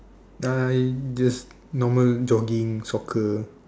I just normal jogging soccer